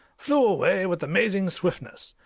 flew away with amazing swiftness.